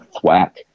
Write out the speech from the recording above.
thwack